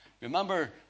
remember